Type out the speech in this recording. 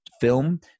film